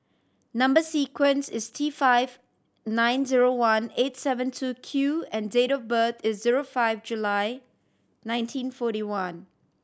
number sequence is T five nine zero one eight seven two Q and date of birth is zero five July nineteen forty one